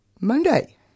Monday